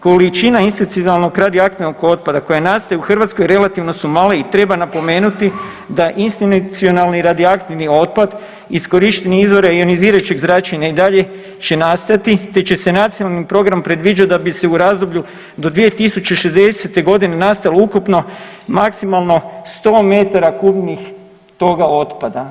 Količina institucionalnog radioaktivnog otpada koji nastaje u Hrvatskoj relativno su male i treba napomenuti da institucionalni radioaktivni otpad iskorištene izvore jonizirajućeg zračenja i dalje će nastajati te nacionalni program predviđa da bi se u razdoblju do 2060. godine nastalo maksimalno 100 metara kubnih toga otpada.